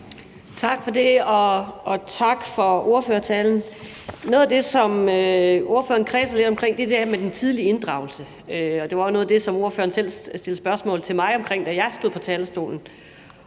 Tak for det, og tak for ordførertalen. Noget af det, som ordføreren kredsede lidt omkring, er det der med den tidlige inddragelse. Det var også noget af det, som ordføreren selv stillede spørgsmål til mig om, da jeg stod på talerstolen.